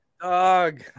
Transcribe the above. Dog